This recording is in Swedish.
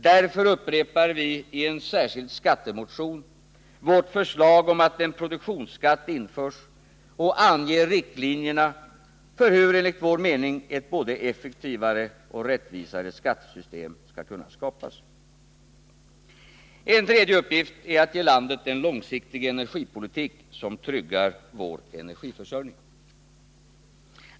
Därför upprepar vi i en särskild skattemotion vårt förslag om att en produktionsskatt införs och anger riktlinjerna för hur, enligt vår mening, ett både effektivare och rättvisare skattesystem skall kunna skapas. En tredje uppgift är att ge landet en långsiktig energipolitik, som tryggar vår energiförsörjning.